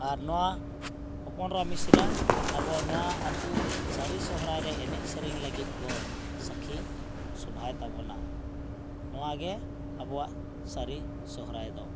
ᱟᱨ ᱱᱚᱣᱟ ᱦᱚᱯᱚᱱ ᱮᱨᱟ ᱢᱤᱥᱨᱟ ᱟᱵᱚ ᱱᱚᱣᱟ ᱟᱛᱩ ᱥᱟᱹᱨᱤ ᱥᱚᱦᱚᱨᱟᱭ ᱨᱮ ᱮᱱᱮᱡ ᱥᱮᱨᱮᱧ ᱞᱟᱹᱜᱤᱫ ᱠᱚ ᱥᱟᱹᱠᱷᱤ ᱥᱚᱵᱷᱟᱭ ᱛᱟᱵᱚᱱᱟ ᱱᱚᱣᱟᱜᱮ ᱟᱵᱚᱣᱟᱜ ᱥᱟᱹᱨᱤ ᱥᱚᱦᱚᱨᱟᱭ ᱫᱚ